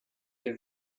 des